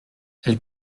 elle